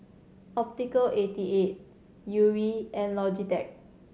Optical eighty eight Yuri and Logitech